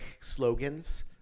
slogans